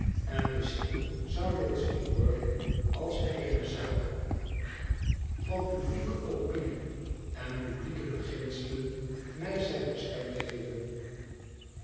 en misschien zou lord snigsworth als eene zaak van publieke opinie en publieke beginselen mij zijne stem geven